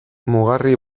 mugarri